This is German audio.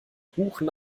buchen